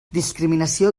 discriminació